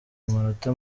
amanota